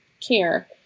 care